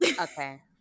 okay